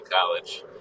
College